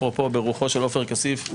אפרופו ברוחו של עופר כסיף,